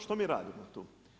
Što mi radimo tu?